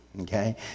Okay